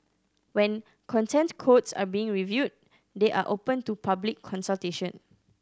when Content Codes are being reviewed they are open to public consultation